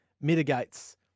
mitigates